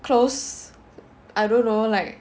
close I dunno like